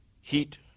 Heat